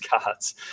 cards